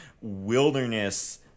wilderness